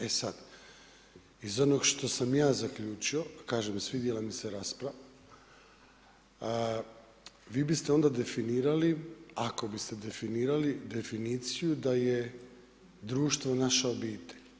E sad, iz onog što sam ja zaključio kažem, svidjela mi se rasprava, vi biste onda definirali ako biste definirali definiciju da je društvo naša obitelj.